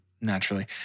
Naturally